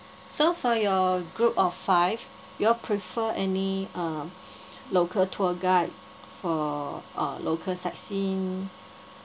so for your group of five you all prefer any uh local tour guide for uh local sightseeing